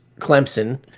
Clemson